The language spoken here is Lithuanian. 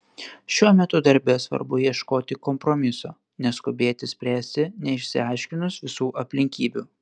šiuo metu darbe svarbu ieškoti kompromiso neskubėti spręsti neišsiaiškinus visų aplinkybių